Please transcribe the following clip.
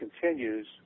continues